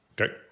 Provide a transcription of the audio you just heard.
Okay